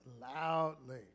loudly